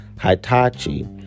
Hitachi